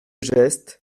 geste